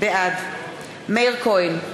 בעד מאיר כהן,